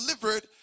delivered